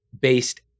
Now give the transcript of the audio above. based